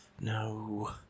No